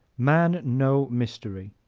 man no mystery